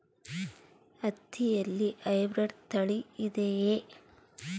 ಹತ್ತಿಯಲ್ಲಿ ಹೈಬ್ರಿಡ್ ತಳಿ ಇದೆಯೇ?